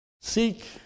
Seek